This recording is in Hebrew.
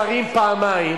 לחנות, בתנאים